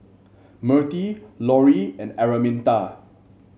Mirtie Lorie and Araminta